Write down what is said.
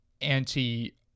anti